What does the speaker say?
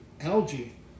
algae